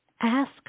Ask